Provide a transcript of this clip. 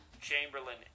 Chamberlain